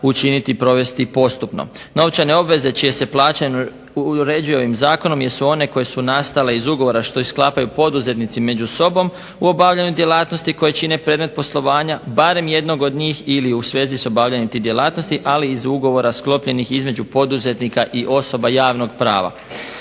učiniti i provesti postupno. Novčane obveze čije se plaćanje uređuje ovim zakonom jesu one koje su nastale iz ugovora što ih sklapaju poduzetnici među sobom u obavljanju djelatnosti koje čine predmet poslovanja barem jednog od njih ili u svezi sa obavljanjem tih djelatnosti, ali iz ugovora sklopljenih između poduzetnika i osoba javnog prava.